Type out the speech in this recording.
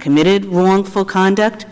committed wrongful conduct